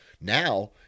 now